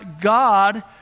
God